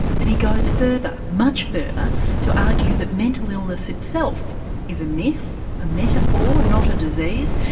but he goes further, much further to argue that mental illness itself is a myth, a metaphor not a disease.